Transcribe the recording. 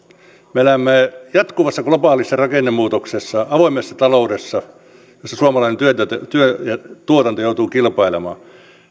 me elämme jatkuvassa globaalissa rakennemuutoksessa avoimessa taloudessa jossa suomalainen työ ja tuotanto joutuvat kilpailemaan